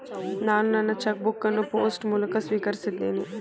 ನಾನು ನನ್ನ cheque book ಅನ್ನು ಪೋಸ್ಟ್ ಮೂಲಕ ಸ್ವೀಕರಿಸಿದ್ದೇನೆ